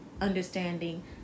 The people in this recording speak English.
understanding